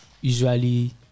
usually